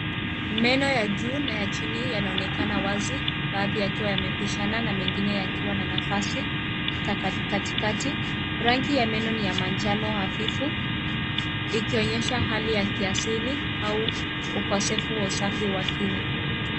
Meno ya juu na ya chini yanaonekana wazi, baadhi yakiwa yamepishana na mengine yakiwa na nafasi taka katikati. Rangi ya meno ni ya manjano hafifu, ikionyesha hali ya kiasili au ukosefu wa usafi wa kina.